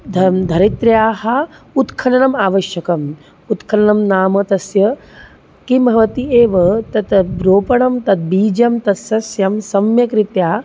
धर्मः धरित्र्याः उत्खननम् आवश्यकम् उत्खननं नाम तस्य किं भवति एव तत् रोपणं तद् बीजं तत्सस्यम् सम्यग्रीत्या